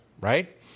right